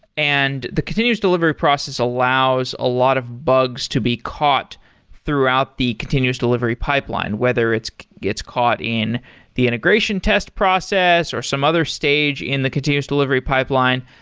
and the continuous delivery process allows a lot of bugs to be caught throughout the continuous delivery pipeline, whether it's caught in the integration test process or some other stage in the continuous delivery pipeline.